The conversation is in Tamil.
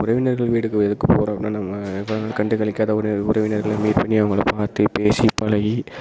உறவினர்கள் வீடுக்கு எதுக்கு போகிறோன்னா நம்ம எப்போவும் கண்டு களிக்காத ஒரு உறவினர்களை மீட் பண்ணி அவங்கள பார்த்து பேசி பழகி